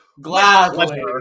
gladly